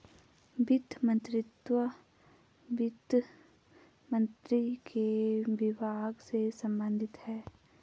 वित्त मंत्रीत्व वित्त मंत्री के विभाग से संबंधित है